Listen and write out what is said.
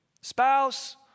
spouse